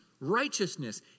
Righteousness